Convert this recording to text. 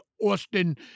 Austin